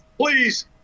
please